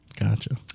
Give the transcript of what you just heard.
gotcha